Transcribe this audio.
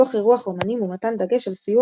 תוך אירוח אמנים ומתן דגש על סיוע